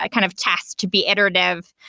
ah kind of task to be iterative.